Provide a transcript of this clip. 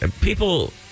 People